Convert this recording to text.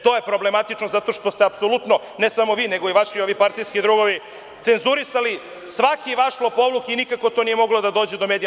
To je problematično, jer ste apsolutno, ne samo vi, nego i vaši partijski drugovi, cenzurisali svaki vaš lopovluk i nikako to nije moglo da dođe do medija.